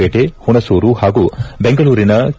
ಪೇಟೆ ಹುಣಸೂರು ಹಾಗೂ ಬೆಂಗಳೂರಿನ ಕೆ